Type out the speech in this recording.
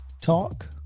talk